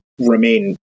remain